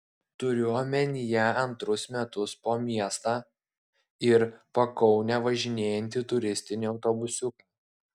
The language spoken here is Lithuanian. turiu omenyje antrus metus po miestą ir pakaunę važinėjantį turistinį autobusiuką